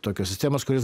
tokios sistemos kurias